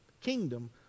kingdom